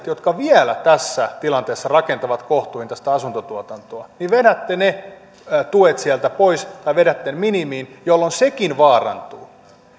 jotka vielä tässä tilanteessa rakentavat kohtuuhintaista asuntotuotantoa vedätte ne tuet pois tai vedätte ne minimiin jolloin sekin vaarantuu